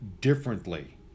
differently